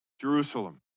Jerusalem